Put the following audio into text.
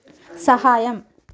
സഹായം